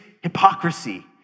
hypocrisy